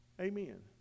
Amen